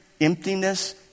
emptiness